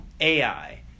Ai